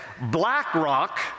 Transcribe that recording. BlackRock